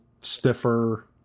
stiffer